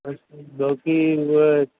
छोकी उहा